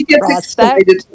prospect